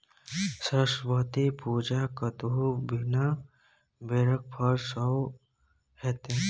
सरस्वती पूजा कतहु बिना बेरक फर सँ हेतै?